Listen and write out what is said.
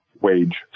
wage